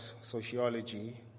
sociology